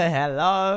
hello